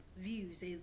views